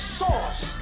source